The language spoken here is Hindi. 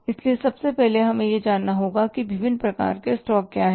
इसलिए सबसे पहले हमें यह जानना चाहिए कि विभिन्न प्रकार के स्टॉक क्या हैं